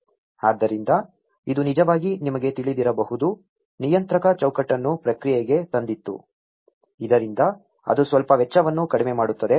ಆದ್ದರಿಂದ ಇದು ನಿಜವಾಗಿ ನಿಮಗೆ ತಿಳಿದಿರಬಹುದು ನಿಯಂತ್ರಕ ಚೌಕಟ್ಟನ್ನು ಪ್ರಕ್ರಿಯೆಗೆ ತಂದಿತು ಇದರಿಂದ ಅದು ಸ್ವಲ್ಪ ವೆಚ್ಚವನ್ನು ಕಡಿಮೆ ಮಾಡುತ್ತದೆ